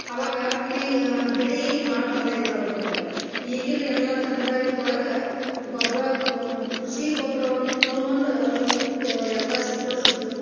ಆವಾಗ ಪಿ ಬೆಳೆ ಭಾಳ ಬರಲೇ ಇಲ್ಲ ಅವ್ರಿಗೆ ಆವಾಗ ಈಗಿನ ಎಲ್ಲ ತಾಂತ್ರಿಕಯುಗದ ಒಳಗೆ ಗೊಬ್ಬರಕ್ಕು ಕೃಷಿ ಗೊಬ್ಬರವನ್ನು ತಗೊಬಂದು ಅದಕ್ಕೆ ಕ್ಕೋ ಎಲ್ಲ ಸಿಂಪಡಿಸೊದು